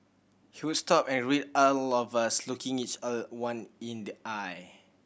he would stop and all of us looking each other one in the eye